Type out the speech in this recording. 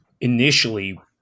initially